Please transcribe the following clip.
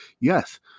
yes